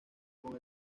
con